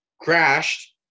crashed